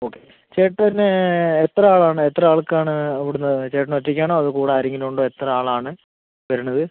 okay ചേട്ടന് എത്ര ആളാണ് എത്ര ആൾക്കാണ് ഇവിടെ നിന്ന് ചേട്ടൻ ഒറ്റയ്ക്ക് ആണോ അതോ കൂടെ ആരെങ്കിലും ഉണ്ടോ എത്ര ആളാണ് വരുന്നത്